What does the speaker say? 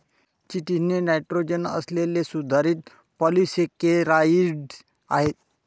chitin हे nitrogen असलेले सुधारित पॉलिसेकेराइड आहे